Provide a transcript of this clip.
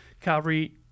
Calvary